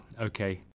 okay